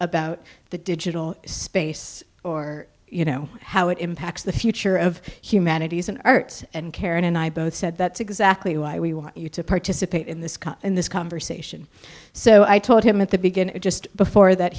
about the digital space or you know how it impacts the future of humanities an art and karen and i both said that's exactly why we want you to participate in this in this conversation so i told him at the beginning just before that